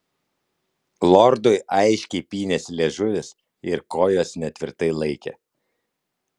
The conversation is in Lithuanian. lordui aiškiai pynėsi liežuvis ir kojos netvirtai laikė